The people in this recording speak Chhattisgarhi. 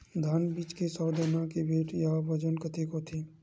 धान बीज के सौ दाना के वेट या बजन कतके होथे?